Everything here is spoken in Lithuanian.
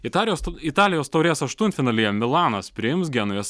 italijos italijos taurės aštuntfinalyje milanas priims genujos